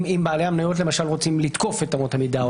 אם בעלי המניות רוצים לתקוף את אמות המידה,